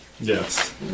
Yes